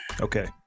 okay